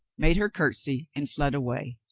made her curtsy and fled away.